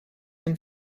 sind